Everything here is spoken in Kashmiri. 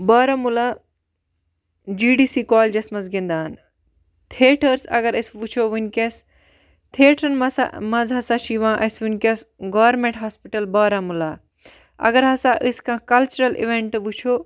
Baramulla G D C colleges مَنٛز گِنٛدان تھیٹرس اگر أسۍ وٕچھو وِنکیٚس تھیٹرَن مَنٛز سا منٛز ہَسا چھُ یِوان اَسہِ وٕنکیٚس گورمنٹ ہاسپِٹَل بارہمُلہ اگر ہَسا أسۍ کانٛہہ کَلچرل اِویںٹ وٕچھو